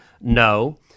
No